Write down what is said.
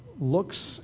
looks